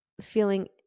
feeling